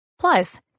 Plus